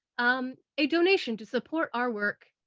um, a donation to support our work,